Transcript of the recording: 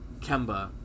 Kemba